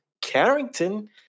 Carrington